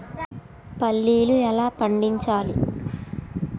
పల్లీలు ఎలా పండించాలి?